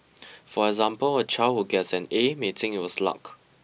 for example a child who gets an A may think it was luck